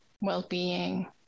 well-being